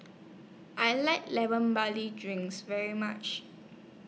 I like Lemon Barley Drinks very much